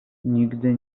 nigdy